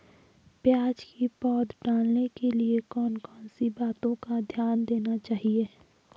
प्याज़ की पौध डालने के लिए कौन कौन सी बातों का ध्यान देना चाहिए?